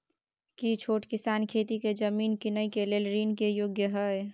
की छोट किसान खेती के जमीन कीनय के लेल ऋण के योग्य हय?